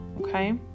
Okay